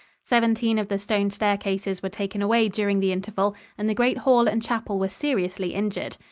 seventeen of the stone staircases were taken away during the interval and the great hall and chapel were seriously injured.